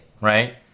right